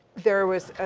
there was